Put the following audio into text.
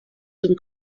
zum